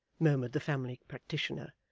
murmured the family practitioner.